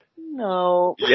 no